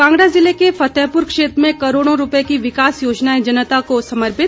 कांगड़ा ज़िले के फतेहपुर क्षेत्र में करोड़ों रूपए की विकास योजनाएं जनता को समर्पित